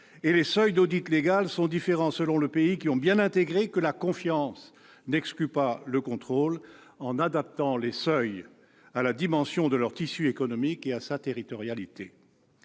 et les seuils d'audit légal sont différents selon les pays qui ont bien intégré que « la confiance n'exclut pas le contrôle », en adaptant les seuils à la dimension de leur tissu économique et à sa territorialité.